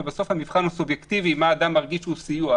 ובסוף המבחן הוא סובייקטיבי מה אדם מרגיש שהוא סיוע,